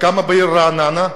כמה בעיר רעננה?